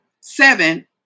seven